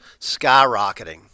skyrocketing